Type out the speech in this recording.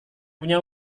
tidak